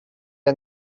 演唱